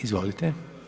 Izvolite.